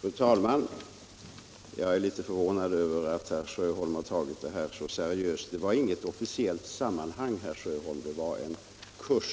Fru talman! Jag är litet förvånad över att herr Sjöholm har tagit denna sak så seriöst. Det var inte i något officiellt sammanhang jag sade detta, herr Sjöholm. Det var på